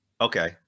Okay